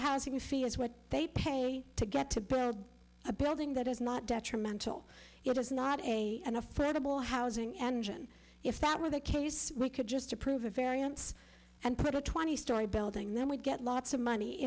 housing fee is what they pay to get to build a building that is not detrimental it is not a and affordable housing engine if that were that we could just to prove a variance and put a twenty story building then we get lots of money